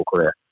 career